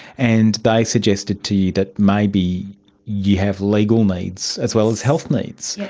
and they suggested to you that maybe you have legal needs as well as health needs.